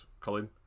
Colin